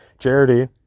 charity